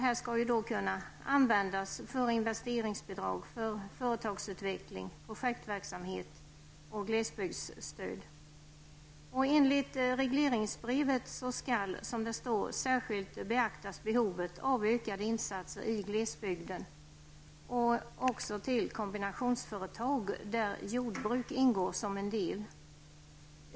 De skall kunna användas till investeringsbidrag, företagsutveckling, projektverksamhet och glesbygdsstöd. Enligt regleringsbrevet skall, som det står, särskilt behovet av ökade insatser i glesbygden beaktas liksom kombinationsföretag där jordbruk ingår som en del.